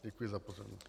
Děkuji za pozornost.